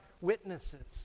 witnesses